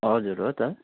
हजुर हो त